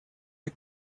für